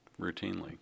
routinely